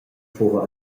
fuva